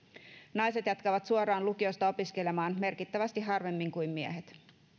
naiset jatkavat suoraan lukiosta opiskelemaan merkittävästi harvemmin kuin miehet